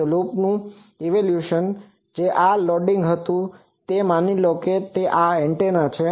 તો લૂપનું ઇવેલ્યુંસન જે આ લોડિંગ હતું તે માની લો કે તે એન્ટેના છે